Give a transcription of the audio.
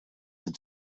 zijn